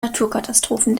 naturkatastrophen